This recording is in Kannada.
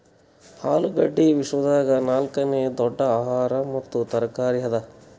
ಆಲೂಗಡ್ಡಿ ವಿಶ್ವದಾಗ್ ನಾಲ್ಕನೇ ದೊಡ್ಡ ಆಹಾರ ಮತ್ತ ತರಕಾರಿ ಅದಾ